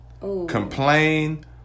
complain